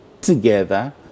together